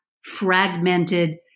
fragmented